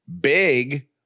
big